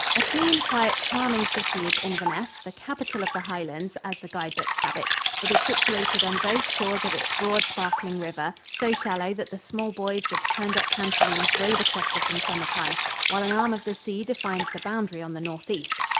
a clean, quiet, charming city is inverness, the capital of the highlands, as the guide-books have it. it is situated on both shores of its broad, sparkling river so shallow that the small boys with turned-up pantaloons wade across it in summer time while an arm of the sea defines the boundary on the northeast.